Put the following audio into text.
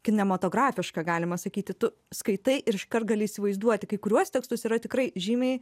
kinematografiška galima sakyti tu skaitai ir iškart gali įsivaizduoti kai kuriuos tekstus yra tikrai žymiai